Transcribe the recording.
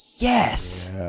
Yes